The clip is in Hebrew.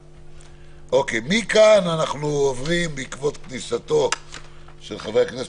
מכאן אנחנו עוברים בעקבות כניסתו של חבר הכנסת